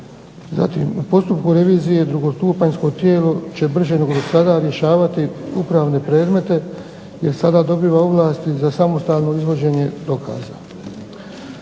zatim u postupku revizije drugostupanjsko tijelo će brže nego do sada rješavati upravne predmete jer sada dobiva ovlasti za samostalno izvođenje dokaza.